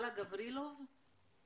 אלה גברילוב.